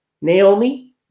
Naomi